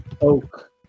oak